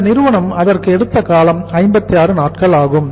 இந்த நிறுவனம் அதற்கு எடுத்த காலம் 56 நாட்கள் ஆகும்